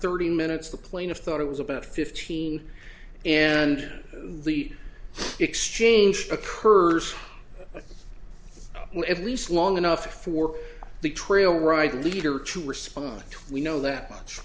thirty minutes the plaintiff thought it was about fifteen and the exchange occurs at least long enough for the trail ride leader to respond to we know that much